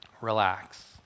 relax